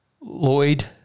Lloyd